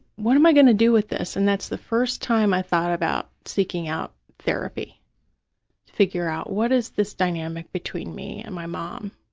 what am i going to do with this? and that's the first time i thought about seeking out therapy to figure out, what is this dynamic between me and my mom?